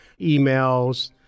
emails